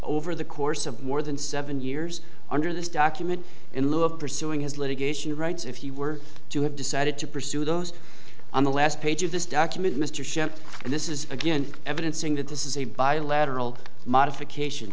over the course of more than seven years under this document in lieu of pursuing his litigation rights if you were to have decided to pursue those on the last page of this document mr shipped and this is again evidencing that this is a bilateral modification